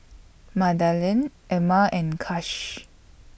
Madalynn Ilma and Kash